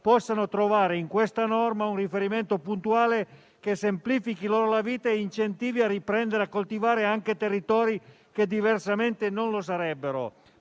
possono trovare in questo testo un riferimento puntuale che semplifichi loro la vita e incentivi a riprendere a coltivare anche territori che diversamente non lo sarebbero.